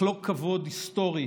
לחלוק כבוד היסטורי